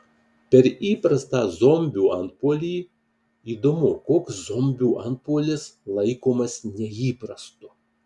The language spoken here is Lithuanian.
per įprastą zombių antpuolį įdomu koks zombių antpuolis laikomas neįprastu